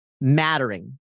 mattering